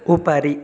उपरि